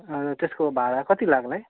हजुर त्यसको भाडा कति लाग्ला है